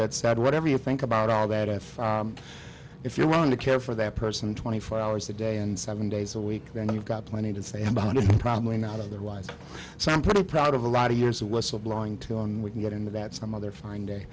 that said whatever you think about all that if if you want to care for that person twenty four hours a day and seven days a week and you've got plenty to say about it probably not otherwise so i'm pretty proud of a lot of years of whistle blowing too and we can get into that some other fine day